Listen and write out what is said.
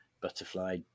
butterfly